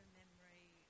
memory